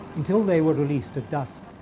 until they were released at dusk.